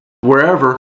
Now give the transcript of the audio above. wherever